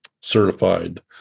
certified